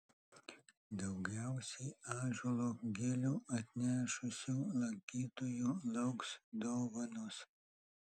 daugiausiai ąžuolo gilių atnešusių lankytojų lauks dovanos